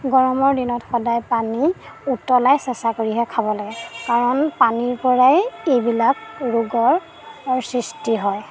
গৰমৰ দিনত সদায় পানী উতলাই চেঁচা কৰিহে খাব লাগে কাৰণ পানীৰপৰাই এইবিলাক ৰোগৰ সৃষ্টি হয়